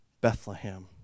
Bethlehem